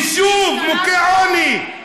יישוב מוכה עוני,